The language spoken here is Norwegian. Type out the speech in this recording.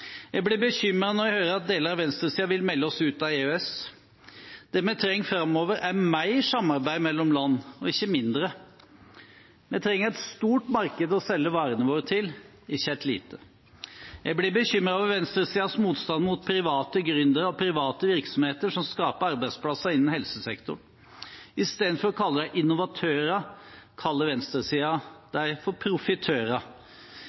Jeg blir bekymret når jeg hører at deler av venstresiden vil melde oss ut av EØS. Det vi trenger framover, er mer samarbeid mellom land, ikke mindre. Vi trenger et stort marked å selge varene våre til, ikke et lite. Jeg blir bekymret over venstresidens motstand mot private gründere og private virksomheter som skaper arbeidsplasser innen helsesektoren. Istedenfor å kalle dem innovatører, kaller